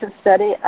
study